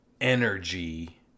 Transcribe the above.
energy